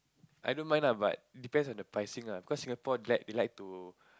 I don't mind ah but depends on the pricing lah cause Singapore they like to